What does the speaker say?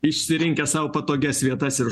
išsirinkęs sau patogias vietas ir